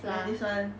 there this [one]